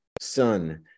son